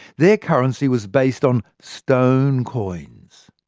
their currency was based on stone coins,